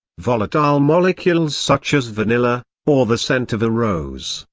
volatile molecules such as vanilla, or the scent of a rose,